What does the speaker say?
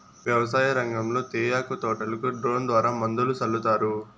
వ్యవసాయ రంగంలో తేయాకు తోటలకు డ్రోన్ ద్వారా మందులు సల్లుతారు